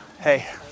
hey